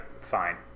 fine